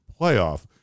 playoff